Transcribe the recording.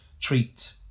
treat